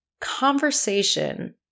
conversation